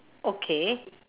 okay